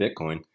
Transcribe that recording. Bitcoin